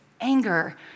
anger